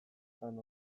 izan